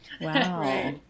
Wow